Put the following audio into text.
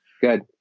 Good